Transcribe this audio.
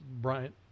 Bryant